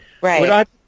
Right